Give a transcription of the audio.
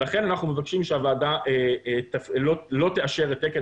לכן אנחנו מבקשים שהוועדה לא תאשר את תקן